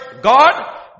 God